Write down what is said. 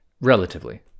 relatively